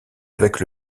avec